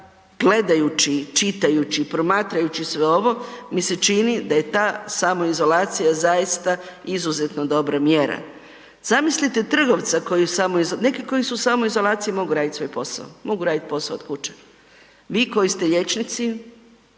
ja gledajući, čitajući, promatrajući sve ovo mi se čini da je ta samoizolacija zaista izuzetno dobra mjera. Zamislite trgovca, neki koji su u samoizolaciji mogu raditi svoj posao, mogu raditi posao od kuće, vi koji ste liječnici